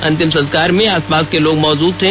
अंतिम संस्कार में आसपास के लोग मौजूद थे